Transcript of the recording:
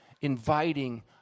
inviting